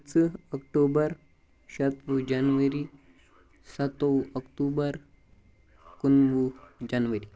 پٕنٛژٕ اکٹوٗبر شَتوُہ جنؤری سَتووُہ اکتوٗبر کُنوُہ جَنؤری